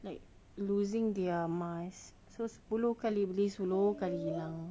like losing their mask so sepuluh kali bagi sepuluh kali hilang